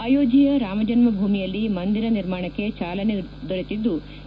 ಅಯೋದ್ಲೆಯ ರಾಮಜನ್ನ ಭೂಮಿಯಲ್ಲಿ ಮಂದಿರ ನಿರ್ಮಾಣಕ್ಕೆ ಚಾಲನೆ ದೊರೆತಿದ್ಲು